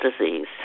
disease